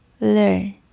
Learn